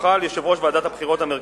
יוכל יושב-ראש ועדת הבחירות המרכזית,